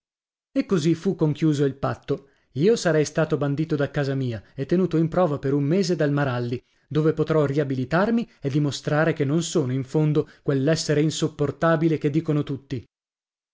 e così fu conchiuso il patto io sarei stato bandito da casa mia e tenuto in prova per un mese dal maralli dove potrò riabilitarmi e dimostrare che non sono in fondo quell'essere insopportabile che dicono tutti